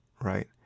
right